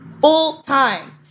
full-time